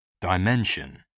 Dimension